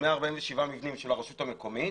147 מבנים של הרשות המקומית